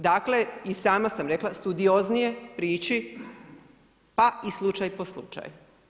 Dakle, i sama sam rekla, studioznije prići, pa i slučaj po slučaj.